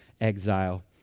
exile